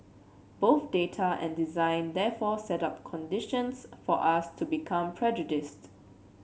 both data and design therefore set up conditions for us to become prejudiced